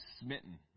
smitten